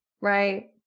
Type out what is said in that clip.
right